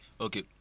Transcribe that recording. okay